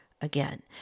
again